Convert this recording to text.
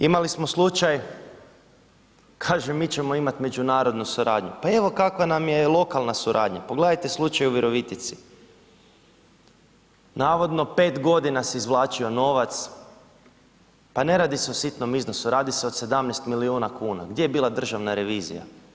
Imali smo slučaj, kaže mi ćemo imat međunarodnu suradnju, pa evo kakva nam je i lokalna suradnja, pogledajte slučaj u Virovitici, navodno 5.g. se izvlačio novac, pa ne radi se o sitnom iznosu, radi se od 17 milijuna kuna, gdje je bila državna revizija?